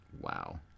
Wow